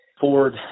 Ford